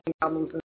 problems